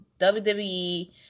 WWE